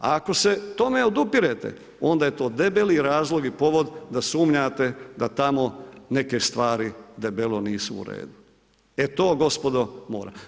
A ako se tome odupirete, onda je to debeli razlog i povod da sumnjate da tamo neke stvari debelo nisu u redu, e to gospodo, mora.